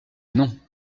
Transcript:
non